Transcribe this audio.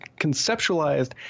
conceptualized